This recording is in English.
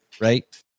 right